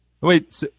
Wait